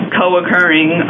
co-occurring